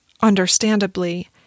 understandably